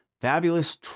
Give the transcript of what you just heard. Fabulous